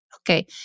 Okay